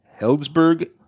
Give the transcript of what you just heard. Heldsburg